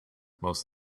most